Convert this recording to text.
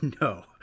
No